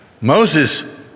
Moses